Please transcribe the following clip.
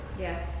Yes